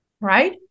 right